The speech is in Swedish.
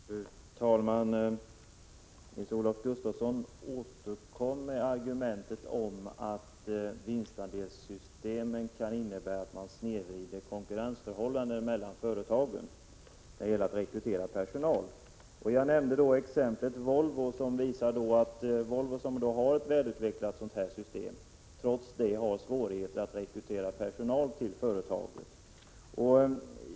indelar Fru talman! Nils-Olof Gustafsson återkom med argumentet att vinstan delssystemen kan innebära att man snedvrider konkurrensförhållandena mellan företag när det gäller att rekrytera personal. Jag nämnde Volvo som exempel på ett företag som har ett välutvecklat sådant system, men som trots detta har svårigheter att rekrytera personal till företaget.